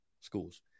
schools